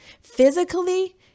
physically